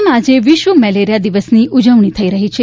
રાજ્યમાં આજે વિશ્વ મેલેરિયા દિવસની ઉજવણી થઈ રહી છે